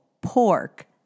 pork